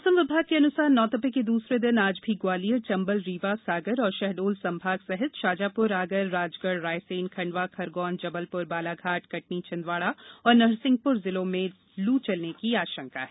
मौसम विभाग के अन्सार नौतपे के दूसरे दिन आज भी ग्वालियर चंबल रीवा सागर व शहडोल संभाग के जिलों सहित शाजाप्र आगर राजगढ़ रायसेन खंडवा खरगौन जबलप्र बालाघाट कटनी छिंदवाड़ा एवं नरसिंहप्र जिलों में लू चलने की आशंका है